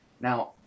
now